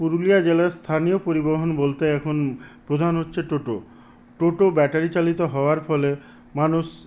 পুরুলিয়া জেলার স্থানীয় পরিবহন বলতে এখন প্রধান হচ্ছে টোটো টোটো ব্যাটারি চালিত হওয়ার ফলে মানুষ